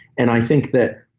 and i think that.